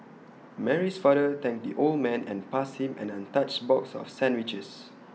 Mary's father thanked the old man and passed him an untouched box of sandwiches